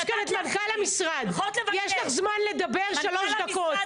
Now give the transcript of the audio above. יש לך זמן לדבר שלוש דקות.